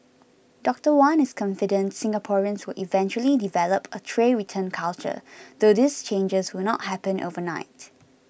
Doctor Wan is confident Singaporeans will eventually develop a tray return culture though these changes will not happen overnight